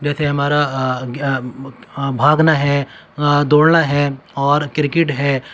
جیسے ہمارا بھاگنا ہے دوڑنا ہے اور کرکٹ ہے